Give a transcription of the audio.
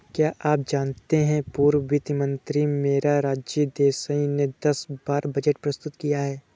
क्या आप जानते है पूर्व वित्त मंत्री मोरारजी देसाई ने दस बार बजट प्रस्तुत किया है?